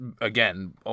again